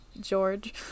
George